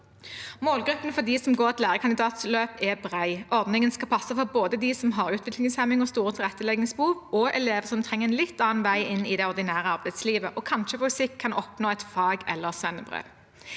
Målgruppen for dem som går et lærekandidatløp, er bred. Ordningen skal passe for både dem som har utviklingshemming og store tilretteleggingsbehov, og elever som trenger en litt annen vei inn i det ordinære arbeidslivet og på sikt kanskje kan oppnå et fag- eller svennebrev.